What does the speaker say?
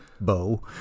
bow